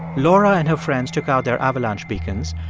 laura and her friends took out their avalanche beacons.